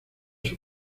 sus